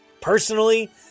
personally